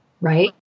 right